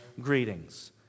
greetings